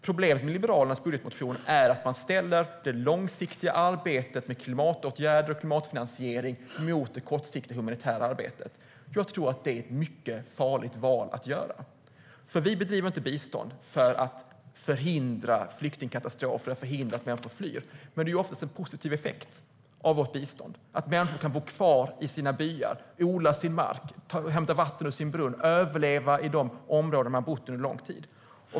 Problemet med Liberalernas budgetmotion är att man ställer det långsiktiga arbetet med klimatåtgärder och klimatfinansiering mot det kortsiktiga, humanitära arbetet. Jag tror att det är ett mycket farligt val att göra. Vi bedriver inte bistånd för att förhindra flyktingkatastrofer och för att förhindra att människor flyr. Men det är oftast en positiv effekt av vårt bistånd, att människor kan bo kvar i sina byar, odla sin mark, hämta vatten ur sin brunn, överleva i de områden där man har bott under lång tid.